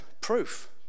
proof